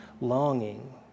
longing